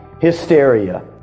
hysteria